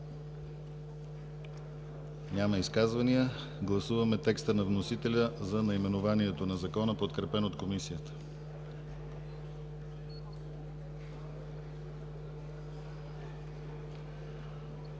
Няма. Гласуваме текста на вносителя за наименованието на Закона, подкрепен от Комисията.